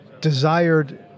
desired